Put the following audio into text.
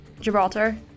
Gibraltar